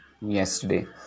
yesterday